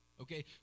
Okay